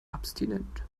abstinent